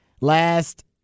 last